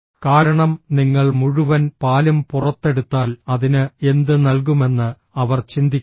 കാരണം നിങ്ങൾ മുഴുവൻ പാലും പുറത്തെടുത്താൽ അതിന് എന്ത് നൽകുമെന്ന് അവർ ചിന്തിക്കുന്നു